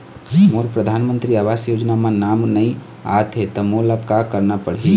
मोर परधानमंतरी आवास योजना म नाम नई आत हे त मोला का करना पड़ही?